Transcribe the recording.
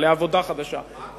לעבודה חדשה,